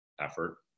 effort